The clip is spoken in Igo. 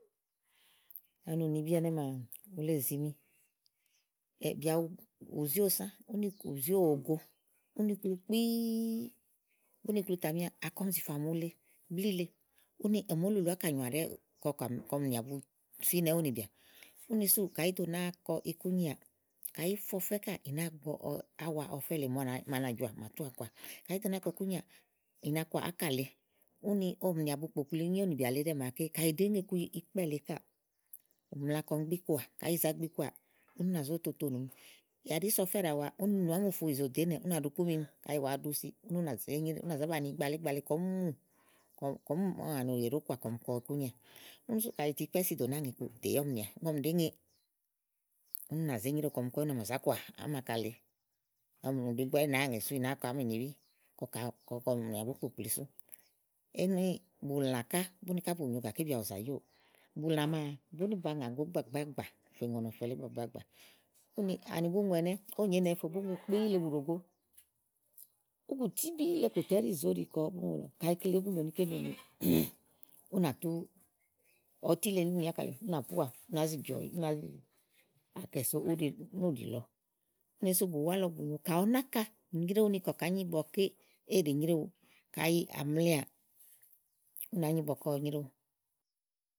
ani ùnibí ɛnɛ́ maa úle zìimi ɛbía òwo ùzi òwo sã uniklu ù zi ówo go. Úniklu ̀kpiii, uniklu ta mea àkɔ ɔm zì fà mu ule bli le úni õ mòá lùlù ákà nyoà dɛ́ɛ́ ni kɔ ɔ̀m nìà bu fínɛ ówò nìbìà. úni súù kàyi ìí dó náa kɔ ikú ŋèàà ɔfɛ́tèe kàyi ìí fe ɔfɛ́ káò ì náa gbɔ áwa máa na jɔ̀à, à mà, tu à wa kɔà kàɖi ìí do nàáa kɔ ikunyèà, ì na kɔà ákà lèe. Úni ɔ̀m nìà bu kpòkpli nyo ówònìbìà lèe màaké kàɖi ìɖèé ŋe iku ikpɛ́ lèe káà ù mla kɔm gbi kɔà, kàyi ì za gbi kɔà, ú nà zó toto nùm kàɖi ìí so ɔfɛ́ ɖàa wa ùn nù ámùfu ìzo ɖò ínɛ̀ ú ná ɖukúmim kãyi ì wa ɖu si ú nàzá bàni ìgbaleigbale kɔɔ́nn mùà ni ùyè ɖõ kòà kɔm kɔ ikúnyèà úni sú kàyi ì tu ikpɛ́ si dò náa ŋè iku tèyá ɔ̀m nìà, ígbɔ ɔm ɖèé ŋe úni ú nà ze nyréwu ni kɔm za ƙɔà ámàka tèe. Ɔ́̀m ɖìigbo ɛɖí nàáa ŋè sú ì nàa kɔ ámùnibi. úni bulã ká búniká bù nyo gàké bìà bũ zayiówò bùlã màa búnì bàa ŋàgo ígbàgbágbà fè ŋò nɔ̀fɛ lèe ígbàgbágbà. ùni ani bùŋu ɛnɛ́ ówò nyo ínɛ eyéfo búŋu kpi buɖòo gó úŋù tíbíí le kòtè ɛɖi zoɖi kɔ búŋu lɔ kàyi kile bu ni ké nene ú nà tú ɔti le ni ákà lẽe ú na poà ù nàá zi jɔ̀ ú nàá zì àkɛ̀ sowúùɖi lɔ. Úni sú bùwá lɔ bù nyo kãyi ɔnáka nyrèéwu ni kɔkàányi ígbɔké é ɖèe nyréwu kàyi à mlià ú nàá nyi igbɔkɔ́ɔ nyréwu.